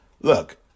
look